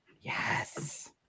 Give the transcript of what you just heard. Yes